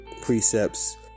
Precepts